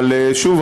אבל שוב,